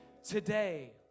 today